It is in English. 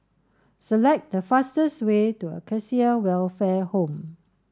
select the fastest way to Acacia Welfare Home